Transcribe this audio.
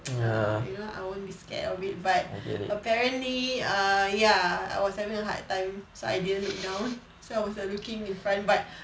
err you know I won't be scared of it but apparently uh ya I was having a hard time so I didn't look down so I was like looking in front but